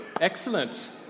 Excellent